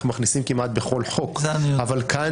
אנחנו מכניסים כמעט בכול חוק אבל כאן